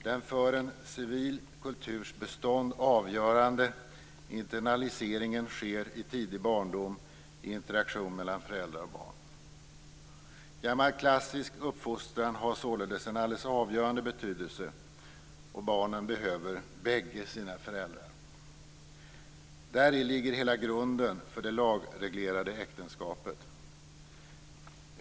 Den för en civil kulturs bestånd avgörande internaliseringen sker i tidig barndom i interaktion mellan föräldrar och barn. Gammal klassisk uppfostran har således en alldeles avgörande betydelse, och barnen behöver bägge sina föräldrar. Däri ligger hela grunden för det lagreglerade äktenskapet.